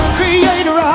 creator